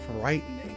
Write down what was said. frightening